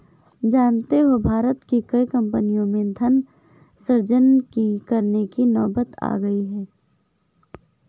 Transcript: जानते हो भारत की कई कम्पनियों में धन सृजन करने की नौबत आ गई है